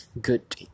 good